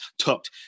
tucked